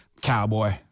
Cowboy